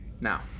Now